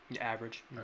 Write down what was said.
average